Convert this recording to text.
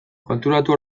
konturatu